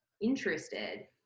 interested